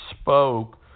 spoke